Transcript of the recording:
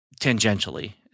tangentially